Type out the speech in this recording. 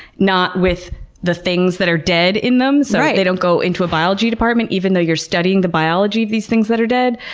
not with the things that are dead in them, so they don't go into a biology department even though you're studying the biology of these things that are dead,